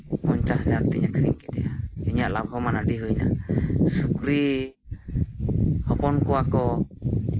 ᱯᱚᱧᱪᱟᱥ ᱦᱟᱡᱟᱨ ᱛᱤᱧ ᱟᱠᱷᱨᱤᱧ ᱠᱮᱫᱮᱭᱟ ᱤᱧᱟᱹᱜ ᱞᱟᱵᱷᱚᱢᱟᱱ ᱟᱹᱰᱤ ᱦᱩᱭ ᱮᱱᱟ ᱥᱩᱠᱨᱤ ᱦᱚᱯᱚᱱ ᱠᱚᱣᱟᱠᱚ